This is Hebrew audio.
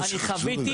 מקווה ישראל,